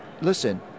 Listen